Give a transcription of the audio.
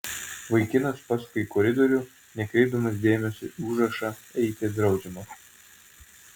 vaikinas pasuka į koridorių nekreipdamas dėmesio į užrašą eiti draudžiama